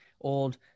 old